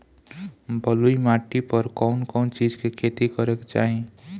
बलुई माटी पर कउन कउन चिज के खेती करे के चाही?